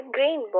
Green